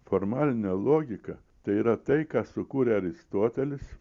formalinė logika tai yra tai ką sukūrė aristotelis